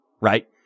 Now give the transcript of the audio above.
right